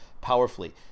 powerfully